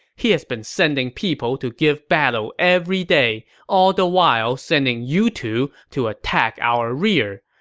he has been sending people to give battle every day, all the while sending you two to attack our rear.